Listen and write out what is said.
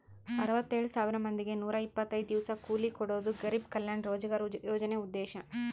ಅರವತ್ತೆಳ್ ಸಾವಿರ ಮಂದಿಗೆ ನೂರ ಇಪ್ಪತ್ತೈದು ದಿವಸ ಕೂಲಿ ಕೊಡೋದು ಗರಿಬ್ ಕಲ್ಯಾಣ ರೋಜ್ಗರ್ ಯೋಜನೆ ಉದ್ದೇಶ